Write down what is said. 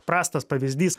prastas pavyzdys